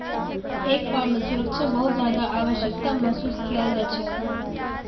एक फर्मत सुरक्षा बहुत ज्यादा आवश्यकताक महसूस कियाल जा छेक